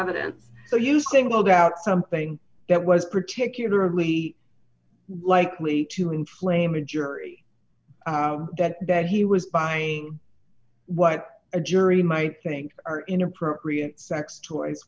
evidence so you singled out something that was particularly likely to inflame a jury that he was buying what a jury might think are inappropriate sex toys